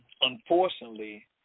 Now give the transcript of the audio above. unfortunately